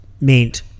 meant